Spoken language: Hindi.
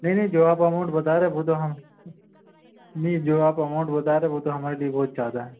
नहीं नहीं जो आप अमाउन्ट बता रहे वह तो हम नी जो आप अमाउन्ट बता रहे वह तो हमारे लिए बहुत ज़्यादा है